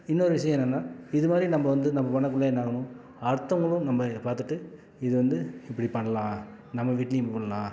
இன்னொரு விஷயம் என்னென்னா இது மாதிரி நம்ம வந்து நம்ம பண்ணக்குள்ளே என்ன ஆகணும் அடுத்தவங்களும் நம்ம இதை பார்த்துட்டு இது வந்து இப்படி பண்ணலாம் நம்ம வீட்லேயும் இப்படி பண்ணலாம்